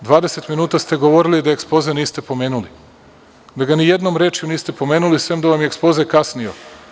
Dvadeset minuta ste govorili da ekspoze niste pomenuli, da ga ni jednom rečju niste pomenuli, sem da vam je ekspoze kasnio.